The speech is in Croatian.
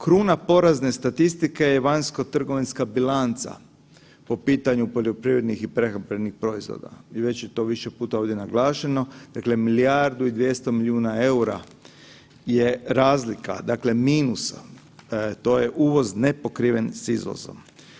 Kruna porazne statistike je vanjskotrgovinska bilanca po pitanju poljoprivrednih i prehrambenih proizvoda, već je to više puta ovdje naglašeno, dakle milijardu i 200 milijuna eura je razlika minusa, to je uvoz ne pokriven s izvozom.